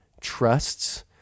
trusts